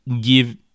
give